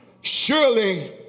surely